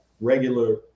regular